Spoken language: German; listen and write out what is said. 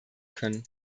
können